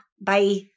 Bye